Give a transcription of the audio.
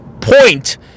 point